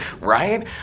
right